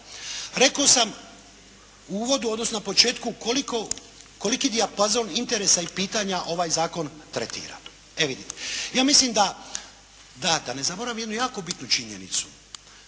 rekao sam u uvodu odnosno na početku koliki dijafazon interesa i pitanja ovaj zakon tretira? Evo vidite. Ja mislim da, da ne zaboravim jednu jako bitnu činjenicu.